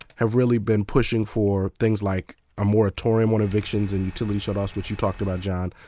have really been pushing for things like a moratorium on evictions and utility shutoffs, which you talked about john,